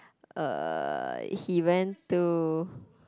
uh he went to